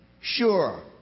sure